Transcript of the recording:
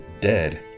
dead